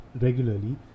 regularly